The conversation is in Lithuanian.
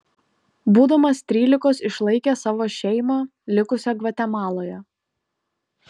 būdamas trylikos išlaikė savo šeimą likusią gvatemaloje